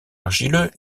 argileux